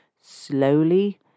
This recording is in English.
slowly